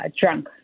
drunk